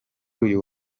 uyu